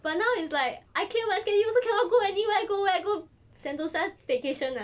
but now it's like I clear my schedule also cannot go anywhere you go where you go sentosa vacation ah